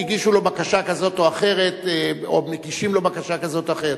הגישו לו בקשה כזאת או אחרת או מגישים לו בקשה כזאת או אחרת.